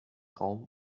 raum